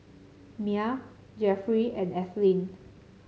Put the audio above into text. Mia Jeffrey and Ethyle